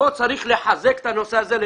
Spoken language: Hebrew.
של